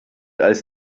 als